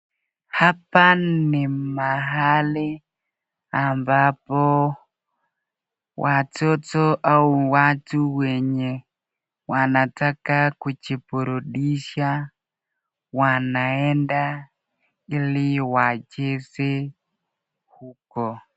Hapa ni mahali ambapo watoto au watu wenye wanataka kujiburudisha wanaenda ili wacheze huko.